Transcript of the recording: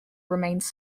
remains